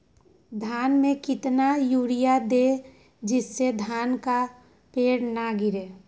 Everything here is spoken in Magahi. धान में कितना यूरिया दे जिससे धान का पेड़ ना गिरे?